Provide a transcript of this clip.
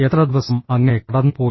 എത്ര ദിവസം അങ്ങനെ കടന്നുപോയി